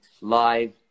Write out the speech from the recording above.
live